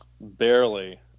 Barely